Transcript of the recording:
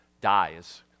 dies